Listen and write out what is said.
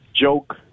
joke